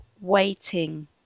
waiting